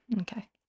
Okay